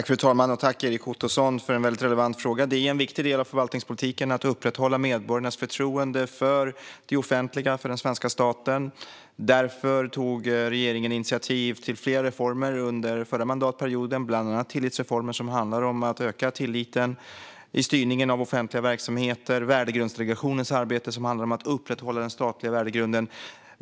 Fru talman! Tack, Erik Ottoson, för en relevant fråga. Det är en viktig del av förvaltningspolitiken att upprätthålla medborgarnas förtroende för det offentliga och för den svenska staten. Därför tog regeringen initiativ till flera reformer under förra mandatperioden, bland annat tillitsreformer som handlar om att öka tilliten till styrningen av offentliga verksamheter och värdegrundsdelegationen, vars arbete handlar om att upprätthålla den statliga värdegrunden.